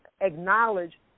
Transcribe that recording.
acknowledge